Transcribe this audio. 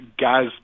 guys